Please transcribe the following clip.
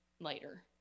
later